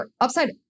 Upside